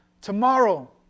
tomorrow